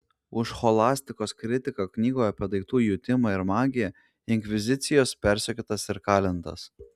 už scholastikos kritiką knygoje apie daiktų jutimą ir magiją inkvizicijos persekiotas ir kalintas